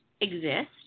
exist